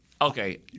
okay—